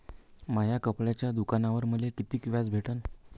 माया कपड्याच्या दुकानावर मले कितीक व्याज भेटन?